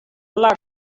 luck